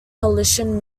coalition